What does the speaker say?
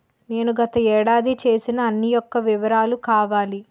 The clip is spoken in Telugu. నేను గత ఏడాది చేసిన అన్ని యెక్క వివరాలు కావాలి?